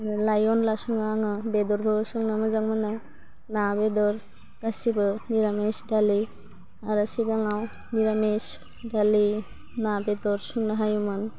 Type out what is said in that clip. आरो लाइ अनला सङो आङो बेदरबो संनो मोजां मोनो ना बेदर गासिबो मिरामिस दालि आरो सिगाङाव मिरामिस दालि ना बेदर संनो हायोमोन